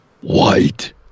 White